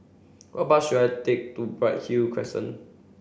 which bus should I take to Bright Hill Crescent